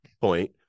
point